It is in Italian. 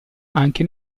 anche